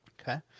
Okay